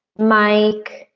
mike,